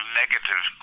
negative